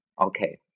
Okay